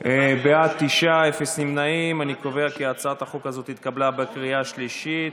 קובע כי הצעת החוק הזאת התקבלה בקריאה השלישית.